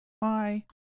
Bye